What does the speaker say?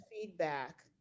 feedback